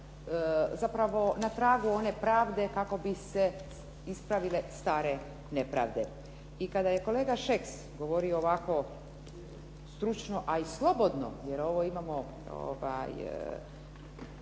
zapravo na tragu one pravde kako bi se ispravile stare nepravde. I kada je kolega Šeks govorio ovako stručno, a i slobodno, jer ovo imamo